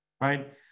right